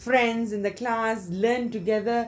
friends in the classlearn together